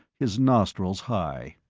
his nostrils high.